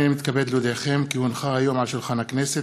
הנני מתכבד להודיעכם כי הונחה היום על שולחן הכנסת,